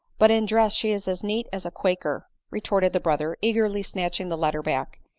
but in dress she is as neat as a quaker, retorted the brother, eagerly snatching the letter back,